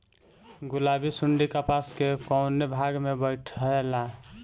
गुलाबी सुंडी कपास के कौने भाग में बैठे ला?